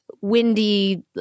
windy